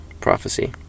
prophecy